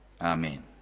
Amen